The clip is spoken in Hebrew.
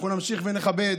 אנחנו נמשיך ונכבד.